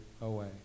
away